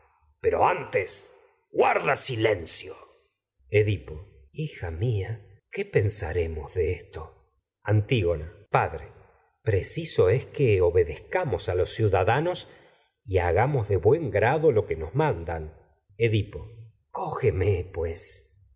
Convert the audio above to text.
habla antes guar da silencio edipo hija mía qué pensaremos de esto antígona padre los preciso es que obedezcamos lo que a ciudadanos y hagamos de buen grado nos mandan edipo cógeme pues